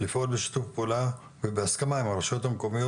לפעול בשיתוף פעולה ובהסכמה עם הרשויות המקומיות